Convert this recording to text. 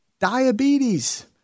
diabetes